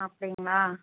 அப்படிங்களா